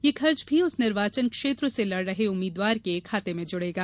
यह खर्च भी उस निर्वाचन क्षेत्र से लड़ रहे उम्मीदवार के खाते में जुड़ेगा